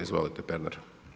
Izvolite Pernar.